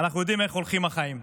אנחנו יודעים איך הולכים החיים.